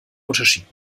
unterschied